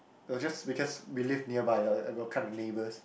no just because we live nearby and and we're kind of neighbours